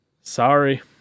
sorry